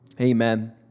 Amen